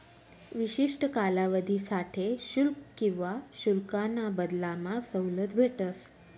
विशिष्ठ कालावधीसाठे शुल्क किवा शुल्काना बदलामा सवलत भेटस